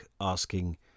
asking